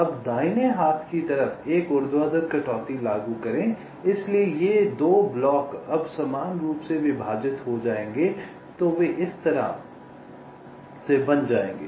अब दाहिने हाथ की तरफ एक ऊर्ध्वाधर कटौती लागू करें इसलिए ये 2 ब्लॉक अब समान रूप से विभाजित हो जाएंगे तो वे इस तरह इस तरह से बन जाएंगे